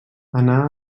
anà